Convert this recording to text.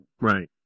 Right